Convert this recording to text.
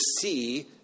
see